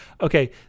Okay